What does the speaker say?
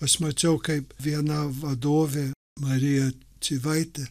aš mačiau kaip viena vadovė marija čyvaitė